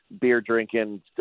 beer-drinking